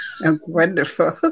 Wonderful